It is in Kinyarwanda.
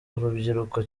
urubyiruko